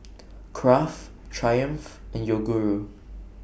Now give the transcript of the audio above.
Kraft Triumph and Yoguru